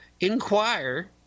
inquire